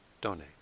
donate